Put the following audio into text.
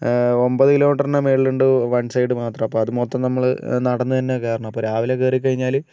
ഒൻപതു കിലോ മീറ്ററിനു മുകളിൽ ഉണ്ട് വൺ സൈഡ് മാത്രം മൊത്തം നമ്മൾ നടന്ന് തന്നെ കയറണം അപ്പം രാവിലെ കയറി കഴിഞ്ഞാൽ